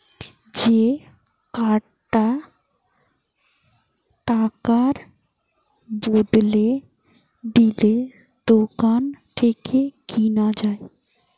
যে কার্ডটা টাকার বদলে দিলে দোকান থেকে কিনা যায়